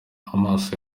amaso